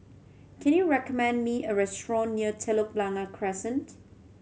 can you recommend me a restaurant near Telok Blangah Crescent